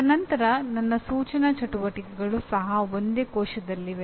ತದನಂತರ ನನ್ನ ಸೂಚನಾ ಚಟುವಟಿಕೆಗಳು ಸಹ ಒಂದೇ ಕೋಶದಲ್ಲಿವೆ